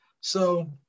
So-